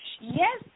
Yes